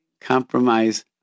compromise